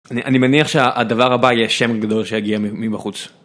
אני מניח שהדבר הבא יהיה שם גדול שיגיע מבחוץ.